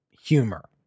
humor